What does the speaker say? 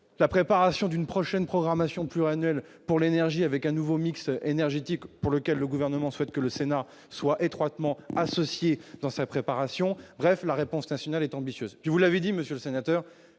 la préparation d'une prochaine programmation pluriannuelle pour l'énergie, avec un nouveau mix énergétique, pour lequel le gouvernement souhaite que le Sénat soit étroitement dans sa préparation, bref la réponse nationale est ambitieuse et vous l'avez dit, monsieur le sénateur,